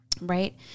right